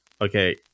Okay